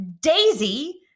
daisy